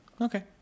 okay